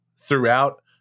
throughout